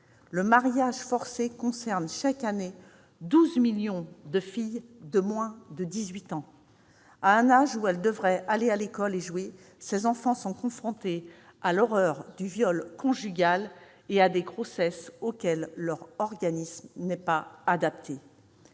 le mariage forcé concerne, chaque année, 12 millions de filles de moins de 18 ans. À un âge où elles devraient aller à l'école et jouer, ces filles sont confrontées à l'horreur du viol conjugal et à des grossesses auxquelles leur organisme n'est pas adapté.